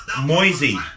Moisey